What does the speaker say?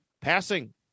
passing